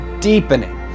deepening